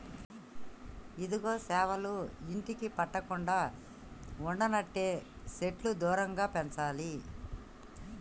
ఇదిగో సేవలు ఇంటికి పట్టకుండా ఉండనంటే సెట్లు దూరంగా పెంచాలి